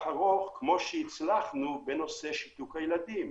ארוך כפי שהצלחנו בנושא שיתוק הילדים.